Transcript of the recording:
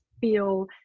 feel